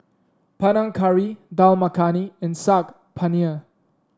Panang Curry Dal Makhani and Saag Paneer